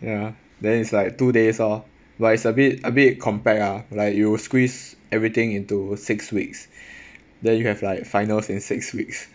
ya then is like two days lor but it's a bit a bit compact ah like you squeeze everything into six weeks then you have like finals in six weeks